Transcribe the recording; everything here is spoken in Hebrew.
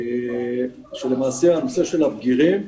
איילת שקד, שלמעשה הנושא של הבגירים,